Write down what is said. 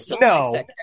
No